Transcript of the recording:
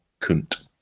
Kunt